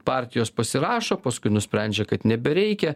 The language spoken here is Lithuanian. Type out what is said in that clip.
partijos pasirašo paskui nusprendžia kad nebereikia